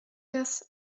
das